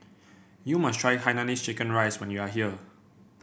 you must try Hainanese Chicken Rice when you are here